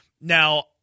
Now